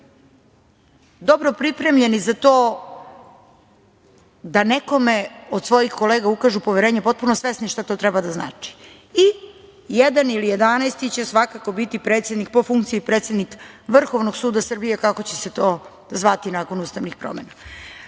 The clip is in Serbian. dobro pripremljeni za to da nekome od svojih kolega ukažu poverenje, potpuno svesni šta to treba da znači i jedan ili jedanaesti će svakako biti predsednik po funkciji, predsednik Vrhovnog suda Srbije, kako će se to zvati nakon ustavnih promena.Zašto